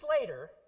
later